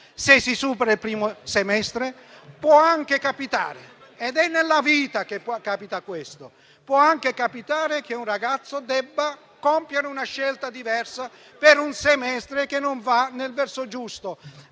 se si supera il primo semestre; ma può anche capitare, e nella vita questo capita, che un ragazzo debba compiere una scelta diversa per un semestre che non va nel verso giusto.